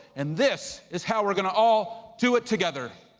and this is how we're gonna all do it together.